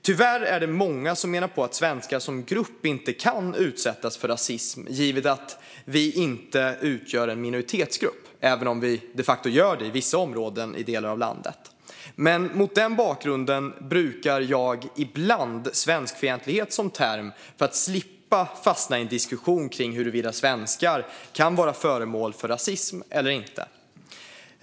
Tyvärr är det många som menar på att svenskar som grupp inte kan utsättas för rasism givet att vi inte utgör en minoritetsgrupp, även om vi de facto gör det i vissa områden i delar av landet. Mot den bakgrunden brukar jag ibland svenskfientlighet som term för att slippa fastna i en diskussion kring huruvida svenskar kan vara föremål för rasism eller inte.